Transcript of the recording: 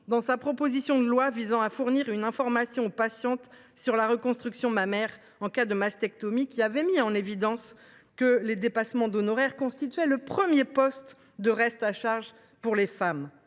dont la proposition de loi visant à fournir une information aux patientes sur la reconstruction mammaire en cas de mastectomie avait montré que les dépassements d’honoraires constituaient le premier poste de reste à charge pour les femmes.